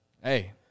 hey